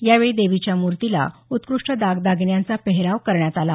यावेळी देवीच्या मूर्तीला उत्कृष्ट दागदागिन्यांचा पेहराव करण्यात आला